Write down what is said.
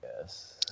Yes